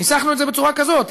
ניסחנו את זה בצורה כזאת.